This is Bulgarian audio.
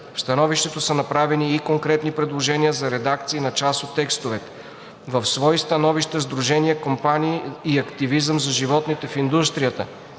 В становището са направени и конкретни предложения за редакции на част от текстовете. В свои становища Сдружение „Кампании и активизъм за животните в индустрията“